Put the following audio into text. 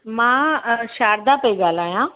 मां शारदा पई ॻाल्हायां